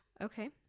Okay